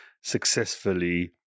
successfully